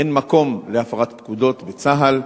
אין מקום להפרת פקודות בצה"ל.